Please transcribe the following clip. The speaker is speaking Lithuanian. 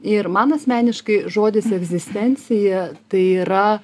ir man asmeniškai žodis egzistencija tai yra